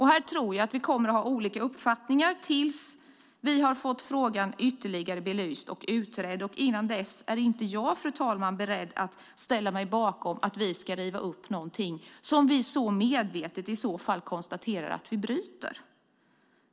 Här tror jag att vi kommer att ha olika uppfattningar tills vi har fått frågan ytterligare belyst och utredd. Innan dess är inte jag, fru talman, beredd att ställa mig bakom att riva upp något som vi så medvetet i så fall konstaterar att vi bryter.